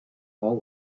all